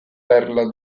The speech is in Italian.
perla